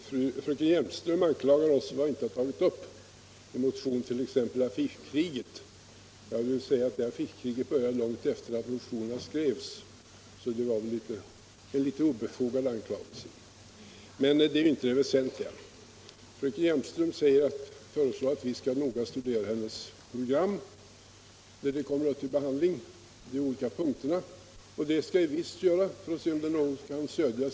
Herr talman! Fröken Hjelmström anklagar oss för att vi inte tagit upp t.ex. affischkriget. Det affischkriget började långt efter det att motionen hade skrivits, så det var väl en obefogad anklagelse, men det är ju inte det väsentliga. Fröken Hjelmström föreslår att vi skall noga studera de punkter som hon föreslår i sitt program, när det kommer upp till behandling. Det skall vi visst göra för att se om det är någonting som vi där kan stödja.